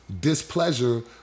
displeasure